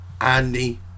andy